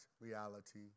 reality